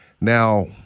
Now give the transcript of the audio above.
Now